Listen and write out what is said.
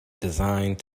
designed